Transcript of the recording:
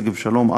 שגב-שלום,